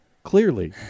Clearly